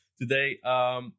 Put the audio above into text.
today